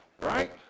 Right